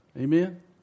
Amen